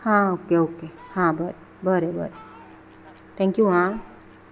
हा okay okay हा बरें बरें बरें थँक्यू आं